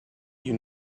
you